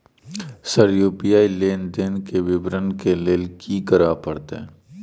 Sir UPI लेनदेन केँ विवरण केँ लेल की करऽ परतै?